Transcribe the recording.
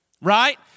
Right